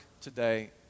today